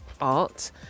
art